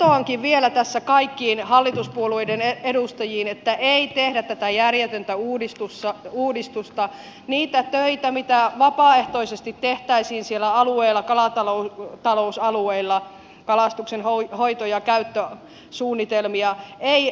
vetoankin vielä tässä kaikkiin hallituspuolueiden edustajiin että ei tehdä tätä järjetöntä uudistusta niitä töitä mitä vapaaehtoisesti tehtäisiin siellä alueilla kalata lousalueilla kalastuksenhoito ja käyttösuunnitelmia